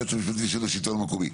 היועץ המשפטי של השלטון המקומי.